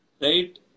Right